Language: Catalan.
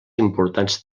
importants